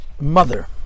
mother